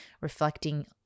reflecting